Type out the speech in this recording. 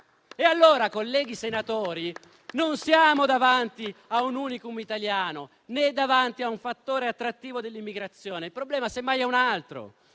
Allora, colleghi senatori, non siamo davanti a un *unicum* italiano, né davanti a un fattore attrattivo dell'immigrazione. Il problema semmai è un altro.